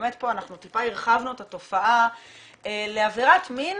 באמת הרחבנו את התופעה לעבירת מין